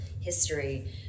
history